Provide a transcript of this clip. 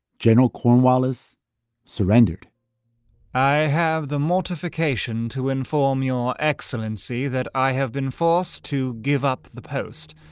gen. ah cornwallis surrendered i have the mortification to inform your excellency that i have been forced to give up the post